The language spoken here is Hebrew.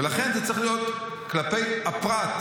ולכן זה צריך להיות כלפי הפרט.